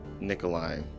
Nikolai